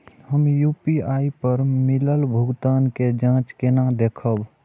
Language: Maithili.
हम यू.पी.आई पर मिलल भुगतान के जाँच केना देखब?